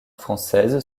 française